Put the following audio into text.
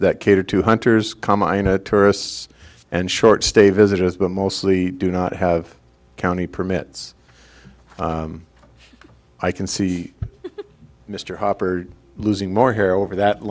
that cater to hunters combine a tourists and short stay visitors but mostly do not have county permits i can see mr hopper losing more hair over that